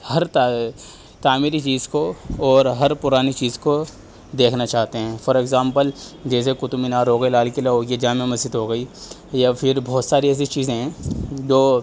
ہر طرح تعمیری چیز کو اور ہر پرانی چیز کو دیکھنا چاہتے ہیں فور ایگزامپل جیسے قطب مینار ہو گئے لال قلعہ ہو گیا یہ جامع مسجد ہو گئی یا پھر بہت ساری ایسی چیزیں ہیں جو